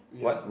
yeah